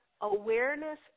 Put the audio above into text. awareness